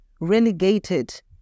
relegated